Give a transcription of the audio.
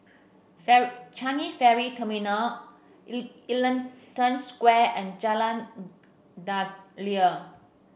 Changi Ferry Terminal Ellington Square and Jalan Daliah